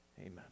amen